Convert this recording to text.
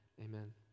amen